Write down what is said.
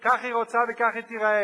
כך היא רוצה וכך היא תיראה.